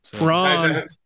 Ron